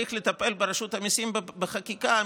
וכשצריך לטפל ברשות המיסים בחקיקה,